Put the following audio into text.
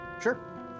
Sure